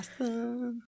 Awesome